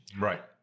Right